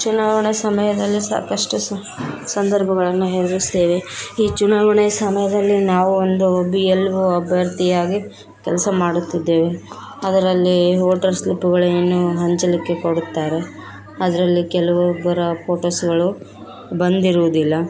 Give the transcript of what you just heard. ಚುನಾವಣೆ ಸಮಯದಲ್ಲಿ ಸಾಕಷ್ಟು ಸಂದರ್ಭಗಳನ್ನು ಎದುರ್ಸಿದ್ದೀವಿ ಈ ಚುನಾವಣೆ ಸಮಯದಲ್ಲಿ ನಾವು ಒಂದು ಬಿ ಎಲ್ ಓ ಅಭ್ಯರ್ಥಿಯಾಗಿ ಕೆಲಸ ಮಾಡುತ್ತಿದ್ದೇವೆ ಅದರಲ್ಲಿ ವೋಟರ್ ಸ್ಲಿಪುಗಳೇನು ಹಂಚಲಿಕ್ಕೆ ಕೊಡುತ್ತಾರೆ ಅದರಲ್ಲಿ ಕೆಲವೊಬ್ಬರ ಫೋಟೋಸ್ಗಳು ಬಂದಿರುವುದಿಲ್ಲ